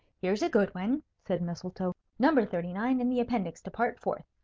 here's a good one, said mistletoe. number thirty nine, in the appendix to part fourth.